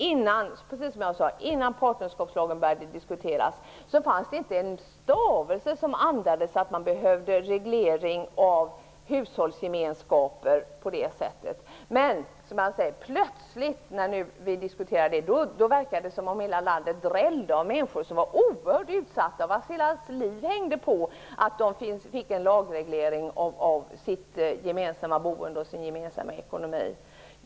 Innan partnerskapslagen började diskuteras andades ingen en stavelse om att man behövde någon sådan reglering av hushållsgemenskaper. Men när vi hade börjat diskutera en partnerskapslag verkade det som om hela landet plötsligt drällde av människor som var oerhört utsatta och vilkas hela liv hängde på att de fick en lagreglering av sitt gemensamma boende och sin gemensamma ekonomi.